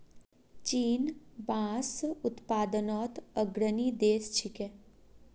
चीन बांस उत्पादनत अग्रणी देश छिके